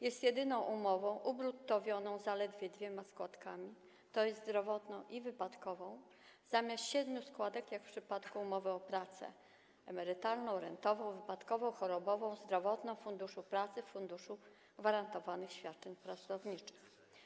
jest jedyną umową ubruttowioną zaledwie dwiema składkami, tj. zdrowotną i wypadkową, zamiast siedmioma składkami jak w przypadku umowy o pracę: emerytalną, rentową, wypadkową, chorobową, zdrowotną, Funduszu Pracy, Funduszu Gwarantowanych Świadczeń Pracowniczych.